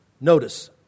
notice